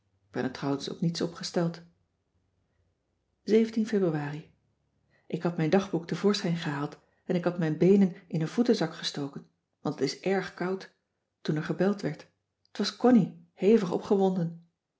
ik ben er trouwens ook niets op gesteld ebruari k had mijn dagboek te voorschijn gehaald en ik had mijn beenen in een voetenzak gestoken want het is erg koud toen er gebeld werd t was connie hevig opgewonden